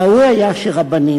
ראוי היה שרבנים,